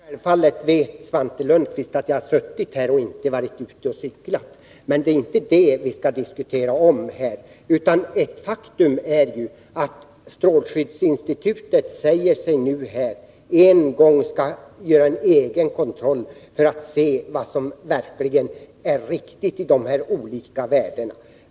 Herr talman! Självfallet vet Svante Lundkvist att jag har suttit här och inte varit ute och cyklat, men det är inte det vi skall diskutera. Ett faktum är att strålskyddsinstitutet säger att man skall göra en egen kontroll för att se vilka av de olika värdena som är riktiga.